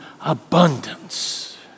abundance